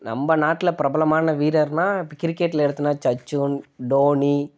நம்ம நாட்டில் பிரபலமான வீரர்னால் இப்போ கிரிக்கெட்டில் எடுத்தோன்னால் சச்சுன் டோனி